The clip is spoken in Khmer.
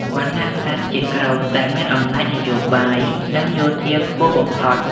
វណ្ណៈក្សត្រជាក្រុមដែលមានអំណាចនយោបាយ និងយោធាខ្ពស់បំផុត។